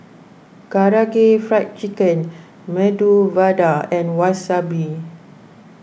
Karaage Fried Chicken Medu Vada and Wasabi